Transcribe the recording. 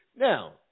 Now